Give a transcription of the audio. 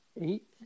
eight